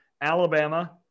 Alabama